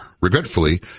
Regretfully